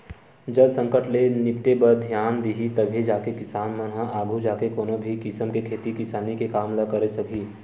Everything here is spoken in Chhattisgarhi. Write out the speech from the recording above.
जल संकट ले निपटे बर धियान दिही तभे जाके किसान मन ह आघू जाके कोनो भी किसम के खेती किसानी के काम ल करे सकही